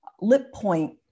lip-point